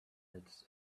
his